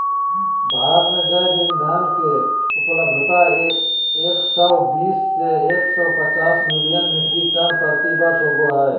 भारत में जैव ईंधन के उपलब्धता एक सौ बीस से एक सौ पचास मिलियन मिट्रिक टन प्रति वर्ष होबो हई